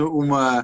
uma